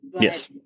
Yes